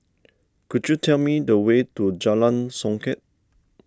could you tell me the way to Jalan Songket